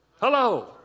Hello